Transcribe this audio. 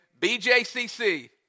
BJCC